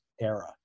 era